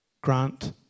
grant